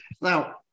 now